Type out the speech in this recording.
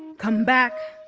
come back.